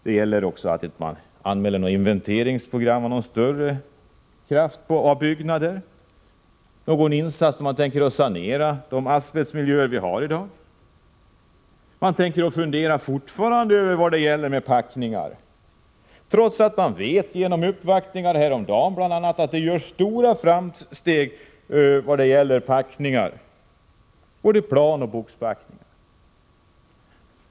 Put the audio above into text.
Det gäller att också anmäla ett inventeringsprogram av någon större kraft för byggnader och insatser för att sanera de asbestmiljöer som vi har i dag. Man tänker fortfarande fundera över det här med packningar, trots att man genom uppvaktningar bl.a. häromdagen vet att det görs stora framsteg i fråga om planoch boxpackningar.